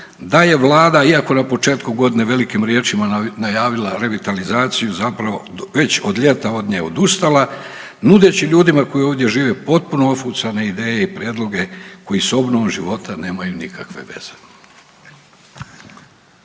da je Vlada, iako na početku godine velikim riječima najavila revitalizaciju, zapravo već od ljeto od nje odustala nudeći ljudima koji ovdje žive potpuno ofucana ideje i prijedloge koji s obnovom života nemaju nikakve veze.